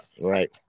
Right